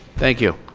thank you.